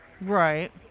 Right